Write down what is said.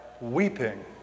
weeping